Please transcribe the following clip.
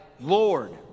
Lord